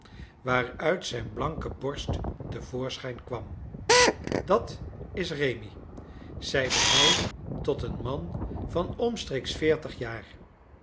waaruit zijn blanke borst te voorschijn kwam dat is rémi zeide hij tot een man van omstreeks veertig jaar